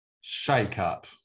shake-up